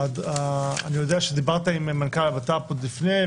אני יודע שדיברת עם מנכ"ל הבט"פ עוד לפניי,